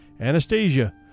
Anastasia